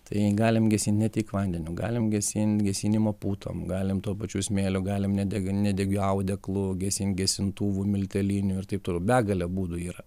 tai galim gesinti ne tik vandeniu galim gesint gesinimo putom galime tuo pačiu smėliu galim nedeg nedegiu audeklu gesint gesintuvu milteliniu ir taip toliau begalė būdų yra